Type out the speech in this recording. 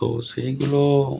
তো সেইগুলো